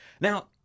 Now